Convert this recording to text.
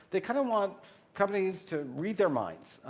they kind of want companies to read their minds,